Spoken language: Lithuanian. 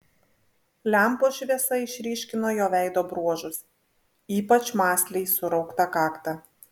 lempos šviesa išryškino jo veido bruožus ypač mąsliai surauktą kaktą